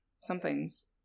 Something's